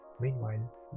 Meanwhile